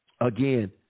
again